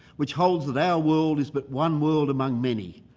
which holds that our world is but one world among many.